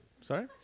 Sorry